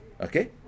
Okay